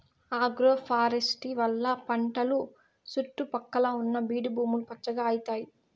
agroforestry వల్ల పంటల సుట్టు పక్కల ఉన్న బీడు భూములు పచ్చగా అయితాయి